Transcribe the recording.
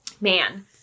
man